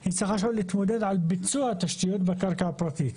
היא צריכה עכשיו להתמודד על ביצוע התשתיות בקרקע הפרטית.